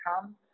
come